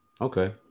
Okay